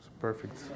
perfect